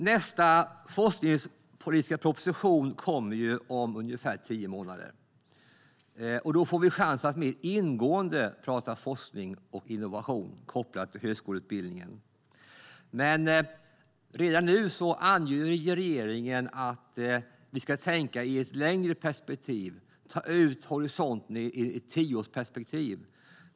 Nästa forskningspolitiska proposition kommer om ungefär tio månader, och då får vi chans att mer ingående prata forskning och innovation kopplat till högskoleutbildningen. Men redan nu anger regeringen att vi ska tänka längre framåt och ta ut horisonten i ett tioårsperspektiv.